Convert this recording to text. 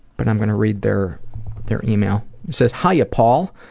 but i'm gonna read their their email. it says hiya paul.